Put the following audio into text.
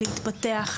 להתפתח,